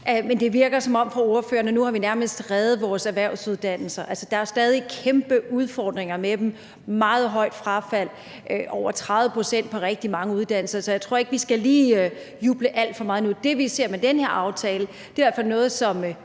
det virker på ordføreren, som om vi nærmest har reddet vores erhvervsuddannelser. Altså, der er jo stadig kæmpe udfordringer med dem – meget højt frafald, over 30 pct. på rigtig mange uddannelser – så jeg tror ikke, at vi lige skal juble alt for meget nu. Det, vi ser med den her aftale, er i hvert fald noget, som